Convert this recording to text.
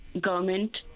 government